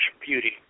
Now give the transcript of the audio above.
beauty